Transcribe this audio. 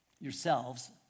yourselves